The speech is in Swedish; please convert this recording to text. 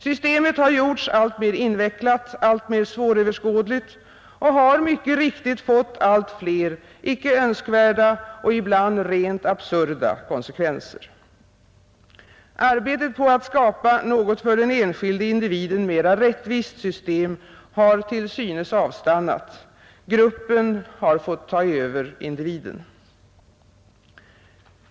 Systemet har gjorts alltmer invecklat, alltmer svåröverskådligt och har mycket riktigt fått allt fler icke önskvärda och ibland rent absurda konsekvenser. Arbetet på att skapa något för den enskilda individen mera rättvist system har till synes avstannat; gruppen har fått ta över individen.